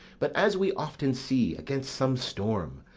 but as we often see, against some storm,